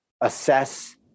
assess